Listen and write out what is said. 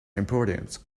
important